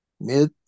Mid